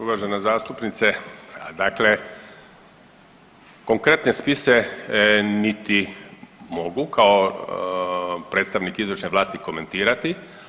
Uvažena zastupnice, dakle konkretne spise niti mogu kao predstavnik izvršne vlasti komentirati.